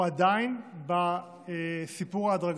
אנחנו עדיין בסיפור ההדרגתי,